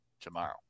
tomorrow